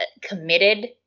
committed